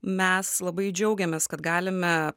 mes labai džiaugiamės kad galime